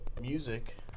music